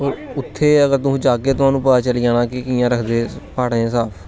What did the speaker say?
और उत्थे अगर तुस जाह्गे थुहानू पता चली जाना कि कियां रखदे प्हाडे़ं गी साफ